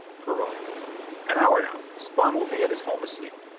perona an hour now. spawn will be at his home asleep.